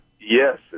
Yes